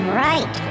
right